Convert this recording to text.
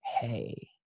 hey